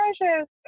precious